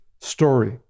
story